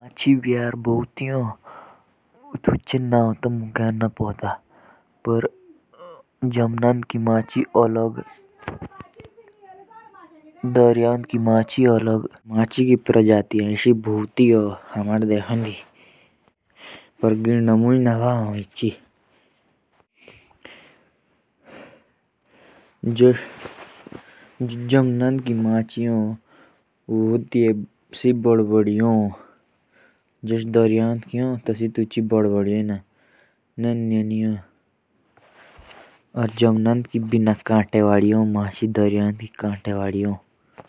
मछलियों की प्रजाति बहुत सारी होती है। जैसे काटे वाली भी और बिना काटे वाली भी। और मछलियाँ ज़्यादा समुद्र में पाई जाती हैं।